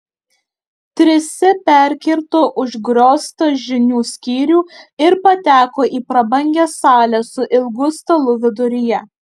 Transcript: trise perkirto užgrioztą žinių skyrių ir pateko į prabangią salę su ilgu stalu viduryje